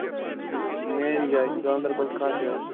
اچھا ٹھیٖک ٹھیٖک مین جایہ گاندربل کتھ جایہِ